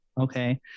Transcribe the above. Okay